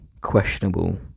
questionable